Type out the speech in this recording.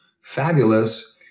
fabulous